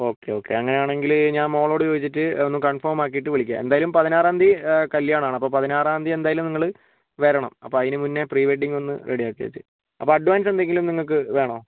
okay okay അങ്ങനെയാണെങ്കില് ഞാൻ മോളോട് ചോദിച്ചിട്ട് ഒന്ന് കൺഫോമ് ആക്കിയിട്ട് വിളിക്കാം എന്തായാലും പതിനാറാം തിയതി കല്യാണമാണ് അപ്പം പതിനാറാം തിയതി എന്തായാലും നിങ്ങള് വരണം അപ്പം അതിനു മുന്നേ പ്രീവെഡിങ് ഒന്ന് റെഡിയാക്കിയേക്ക് അപ്പം അഡ്വാൻസ് എന്തെങ്കിലും നിങ്ങൾക്ക് വേണോ